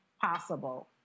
possible